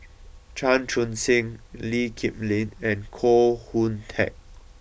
Chan Chun Sing Lee Kip Lin and Koh Hoon Teck